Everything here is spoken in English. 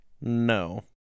no